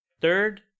Third